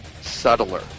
subtler